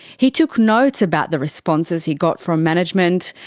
he took notes about the responses he got from management.